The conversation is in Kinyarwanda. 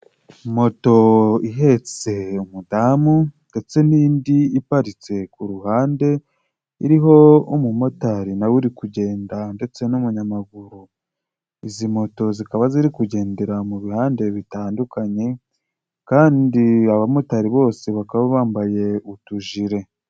Moto ihetse umudamu ndetse n'indi iparitse ku ruhande iriho umumotari nawe uri kugenda ndetse n'umunyamaguru, izi moto zikaba ziri kugendera mu bihande bitandukanye kandi abamotari bose bakaba bambaye utujire.